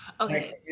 Okay